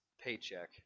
paycheck